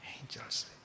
angels